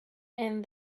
and